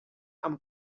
amb